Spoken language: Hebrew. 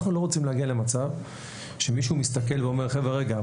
אנחנו לא רוצים להגיע למצב שמישהו מסתכל ואומר רגע,